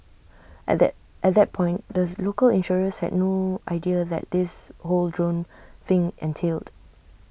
at that at that point the local insurers had no idea that this whole drone thing entailed